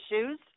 issues